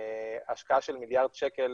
השקעה של מיליארד שקל,